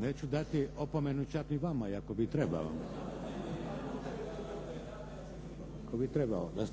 Neću dati opomenu čak ni vama iako bi trebao. Da